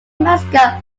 mascot